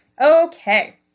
Okay